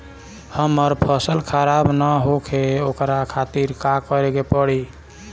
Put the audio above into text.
हमर फसल खराब न होखे ओकरा खातिर का करे के परी?